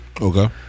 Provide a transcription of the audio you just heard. Okay